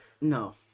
no